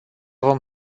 vom